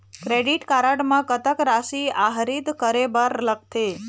Credit card म कतक राशि आहरित करे बर लगथे?